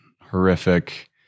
horrific